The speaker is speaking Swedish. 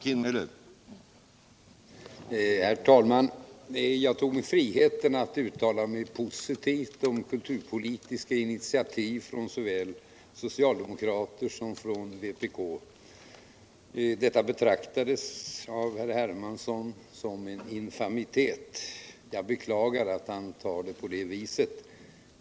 Herr talman! Jag tog mig friheten att uttala mig positivt om kulturpolitiska initiativ såväl från socialdemokrater som från vpk. Detta betraktades av herr Hermansson som en infamitet. Jag beklagar att han tar det på det viset.